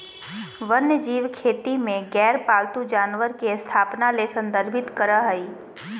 वन्यजीव खेती में गैर पालतू जानवर के स्थापना ले संदर्भित करअ हई